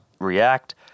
react